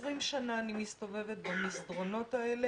20 שנה אני מסתובבת במסדרונות האלה